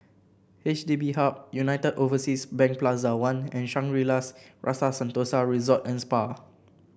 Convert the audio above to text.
H D B Hub United Overseas Bank Plaza One and Shangri La's Rasa Sentosa Resort and Spa